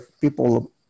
people